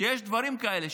שיש דברים כאלה,